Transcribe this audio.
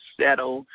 settle